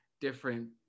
different